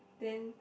then